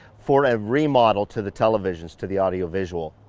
for a remodel to the televisions, to the audio visual,